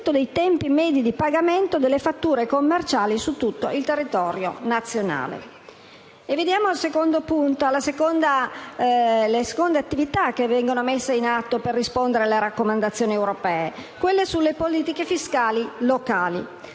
dei tempi medi di pagamento delle fatture commerciali su tutto il territorio nazionale. Veniamo alle altre attività che vengono messe in atto per rispondere alle raccomandazioni europee sulle politiche fiscali locali.